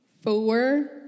four